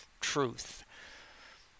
truth